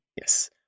yes